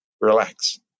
relax